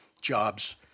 jobs